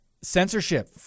censorship